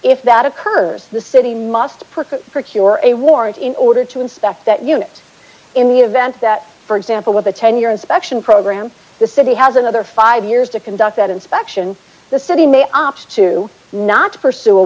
if that occurs the city must put procure a warrant in order to inspect that unit in the event that for example with a ten year inspection program the city has another five years to conduct that inspection the city may opt to not pursue a